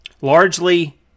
largely